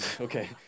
Okay